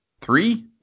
three